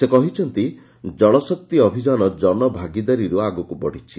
ସେ କହିଛନ୍ତି ଜଳଶକ୍ତି ଅଭିଯାନ ଜନ ଭାଗିଦାରୀରୁ ଆଗକୁ ବଡ଼ିଛି